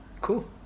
Cool